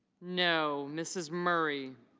no. mrs. murray